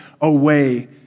away